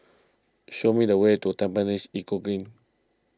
show me the way to Tampines Eco Green